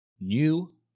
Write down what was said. new